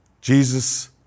Jesus